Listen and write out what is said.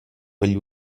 quegli